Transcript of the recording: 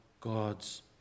God's